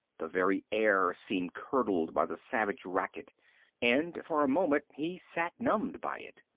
the very air seemed curdled by the savage racket and, for a moment, he sat numbed by it.